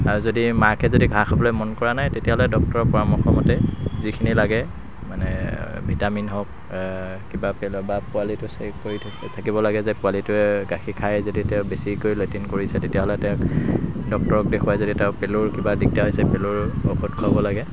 আৰু যদি মাকে যদি ঘাঁহ খাবলৈ মন কৰা নাই তেতিয়াহ'লে ডক্টৰৰ পৰামৰ্শমতে যিখিনি লাগে মানে ভিটামিন হওক কিবা তেনেকুৱা বা পোৱালিটো চেক কৰি থাকিব লাগে যে পোৱালিটোৱে গাখীৰ খাই যদি তেওঁ বেছিকৈ লেটিন কৰিছে তেতিয়াহ'লে তেওঁক ডক্টৰক দেখুৱাই যদি তেওঁক পেলুৰ কিবা দিগদাৰ হৈছে পেলুৰ ঔষধ খুৱাব লাগে